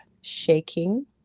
shaking